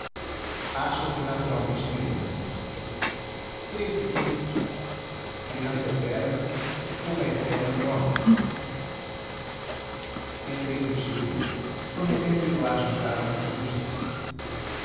sorris achas me naturalmente criança creio que sim criança eterna como é eterno o meu amor entrei no tílburi prometendo ir lá jantar um daqueles dias